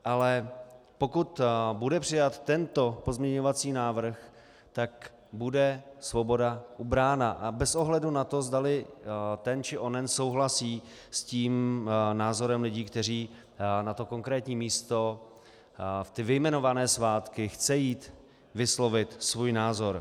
Ale pokud bude přijat tento pozměňovací návrh, tak bude svoboda ubrána, bez ohledu na to, zdali ten či onen souhlasí s tím názorem lidí, kteří na to konkrétní místo v ty vyjmenované svátky chce jít vyslovit svůj názor.